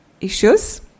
issues